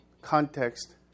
context